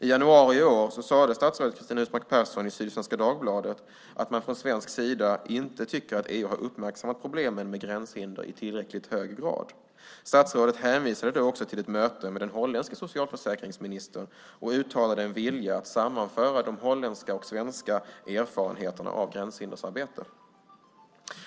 I januari i år sade statsrådet Cristina Husmark Pehrsson i Sydsvenska Dagbladet att man från svensk sida inte tycker att EU har uppmärksammat problemen med gränshinder i tillräckligt hög grad. Statsrådet hänvisade då till ett möte med den holländske socialförsäkringsministern och uttalade en vilja att sammanföra de holländska och svenska erfarenheterna av gränshindersarbete.